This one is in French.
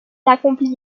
accomplit